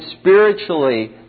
spiritually